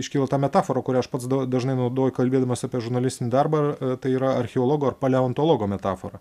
iškilo ta metafora kurią aš pats do dažnai naudoju kalbėdamas apie žurnalistinį darbą tai yra archeologo ar paleontologo metafora